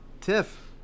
TIFF